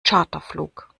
charterflug